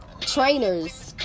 trainers